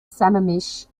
sammamish